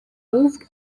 moved